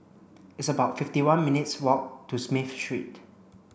it's about fifty one minutes' walk to Smith Street